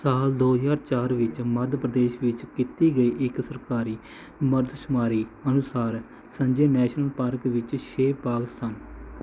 ਸਾਲ ਦੋ ਹਜ਼ਾਰ ਚਾਰ ਵਿੱਚ ਮੱਧ ਪ੍ਰਦੇਸ਼ ਵਿੱਚ ਕੀਤੀ ਗਈ ਇੱਕ ਸਰਕਾਰੀ ਮਰਦਮਸ਼ੁਮਾਰੀ ਅਨੁਸਾਰ ਸੰਜੇ ਨੈਸ਼ਨਲ ਪਾਰਕ ਵਿੱਚ ਛੇ ਬਾਗ ਸਨ